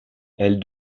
elle